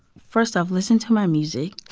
first off, listen to my music